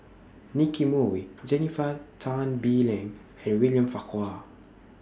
Nicky Moey Jennifer Tan Bee Leng and William Farquhar